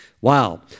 Wow